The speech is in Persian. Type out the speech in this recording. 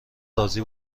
راضی